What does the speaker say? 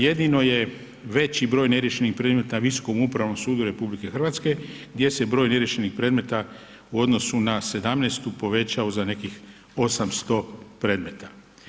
Jedino je veći broj neriješenih predmeta na Visokom upravnom sudu RH gdje se broj neriješenih predmeta u odnosu na '17. povećao za nekih 800 predmeta.